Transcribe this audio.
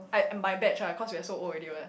I my batch ah cause we're so old already [what]